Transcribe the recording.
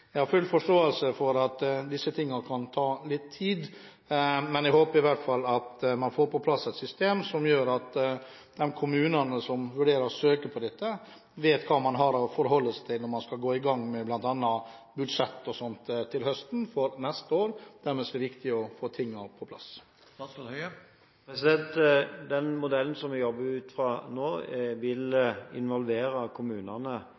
Jeg har full forståelse for at disse tingene kan ta litt tid, men jeg håper i hvert fall at man får på plass et system som gjør at de kommunene som vurderer å søke på dette, vet hva man har å forholde seg til når man skal gå i gang med bl.a. budsjett for neste år og sånt til høsten. Dermed er det viktig å få tingene på plass. Den modellen vi jobber ut fra nå, vil involvere kommunene